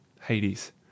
Hades